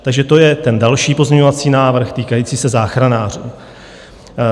Takže to je ten další pozměňovací návrh týkající se záchranářů.